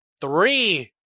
three